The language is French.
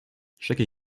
chaque